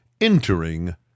Entering